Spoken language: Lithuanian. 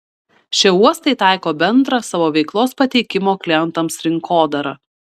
šie uostai taiko bendrą savo veiklos pateikimo klientams rinkodarą